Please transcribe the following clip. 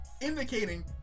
indicating